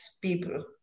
people